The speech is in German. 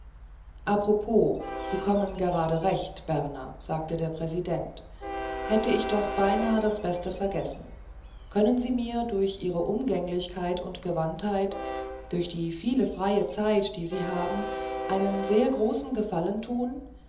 apropos sie kommen gerade recht berner sagte der präsident hätte ich doch beinahe das beste vergessen sie können mir durch ihre umgänglichkeit und gewandtheit durch die viele freie zeit die sie haben einen sehr großen gefallen tun